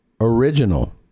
original